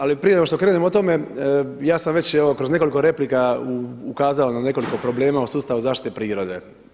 Ali prije nego što krenem o tome ja sam već kroz nekoliko replika ukazao na nekoliko problema o sustavu zaštite prirode.